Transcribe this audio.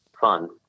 fun